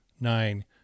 Nine